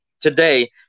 today